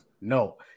No